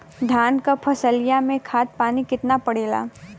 धान क फसलिया मे खाद पानी कितना पड़े ला?